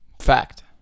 Fact